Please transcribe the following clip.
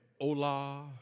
Hola